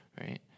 right